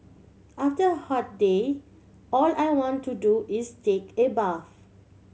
after hot day all I want to do is take a bath